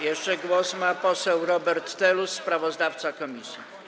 Jeszcze głos ma poseł Robert Telus, sprawozdawca komisji.